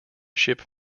ship